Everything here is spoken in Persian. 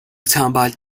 تنبل